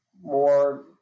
more